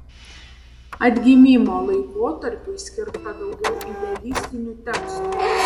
atgimimo laikotarpiui skirta daugiau idealistinių tekstų